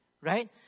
right